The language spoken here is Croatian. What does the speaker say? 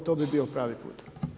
I to bi bio pravi put.